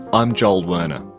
i'm joel werner.